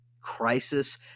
crisis